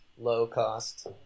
low-cost